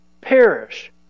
perish